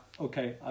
okay